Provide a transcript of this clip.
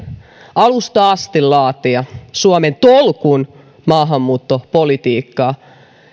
alusta asti laatia suomen tolkun maahanmuuttopolitiikkaa